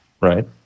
right